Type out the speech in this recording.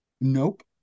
Nope